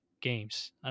games